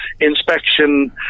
inspection